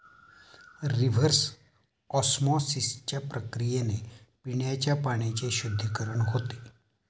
reverse ऑस्मॉसिसच्या प्रक्रियेने पिण्याच्या पाण्याचे शुद्धीकरण होते